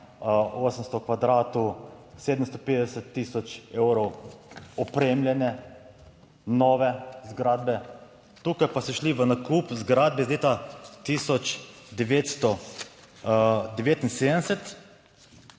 800 kvadratov, 750 tisoč evrov opremljene nove zgradbe. Tukaj pa so šli v nakup zgradbe iz leta 1979,